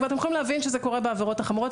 ואתם יכולים להבין שזה קורה בעבירות החמורות,